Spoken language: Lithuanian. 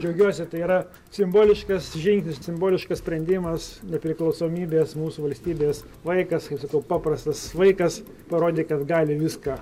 džiaugiuosi tai yra simboliškas žingsnis simboliškas sprendimas nepriklausomybės mūsų valstybės vaikas kaip sakau paprastas vaikas parodė kad gali viską